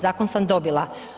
Zakon sam dobila.